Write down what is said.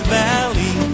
valley